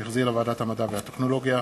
שהחזירה ועדת המדע והטכנולוגיה,